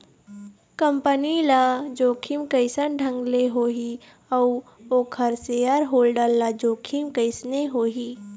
Company ल जोखिम कइसन ढंग ले होही अउ ओखर सेयर होल्डर ल जोखिम कइसने होही?